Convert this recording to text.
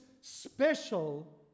special